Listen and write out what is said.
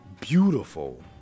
beautiful